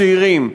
צעירים,